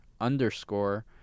underscore